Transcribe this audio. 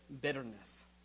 bitterness